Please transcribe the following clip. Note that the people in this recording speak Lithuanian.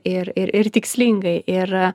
ir ir ir tikslingai ir